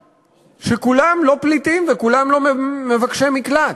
שכולם לא פליטים וכולם לא מבקשי מקלט.